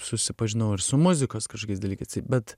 susipažinau ir su muzikos kažkokiais dalykais bet